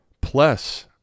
plus